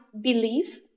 believe